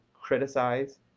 criticize